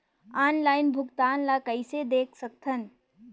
Online भुगतान ल कइसे देख सकथन?